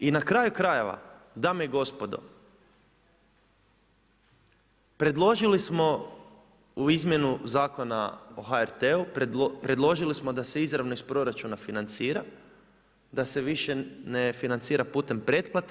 I na kraju krajeva, dame i gospodo, predložili smo u izmjenu Zakona o HRT-u, predložili smo da se izravno iz proračuna financira, da se više ne financira putem pretplate.